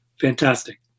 fantastic